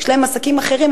יש להם עסקים אחרים,